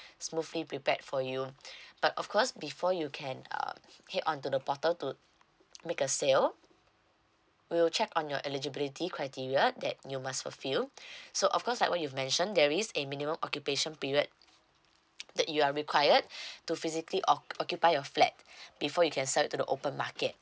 smoothly prepared for you but of course before you can uh head on to the portal to make a sale we will check on your eligibility criteria that you must fulfill so of course that one you mention there is a minimum occupation period that you are required to physically o~ occupy your flat before you can sale it to the open market